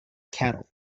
cattle